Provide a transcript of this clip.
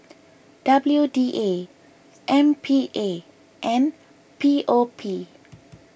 W D A M P A and P O P